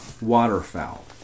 waterfowl